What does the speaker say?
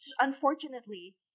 Unfortunately